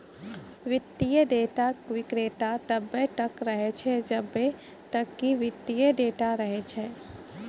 वित्तीय डेटा विक्रेता तब्बे तक रहै छै जब्बे तक कि वित्तीय डेटा रहै छै